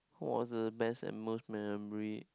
what's the best and most memory